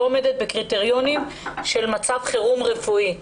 עומדת בקריטריונים של מצב חירום רפואי.